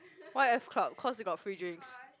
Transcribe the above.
why F-club cause they got free drinks